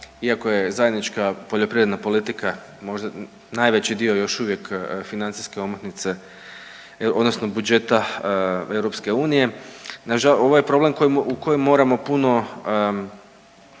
iako je zajednička poljoprivredna politika možda najveći dio još uvijek financijske omotnice odnosno budžeta EU. Ovo je problem u kojem moramo puno